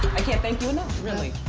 i can't thank you enough, really.